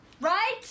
right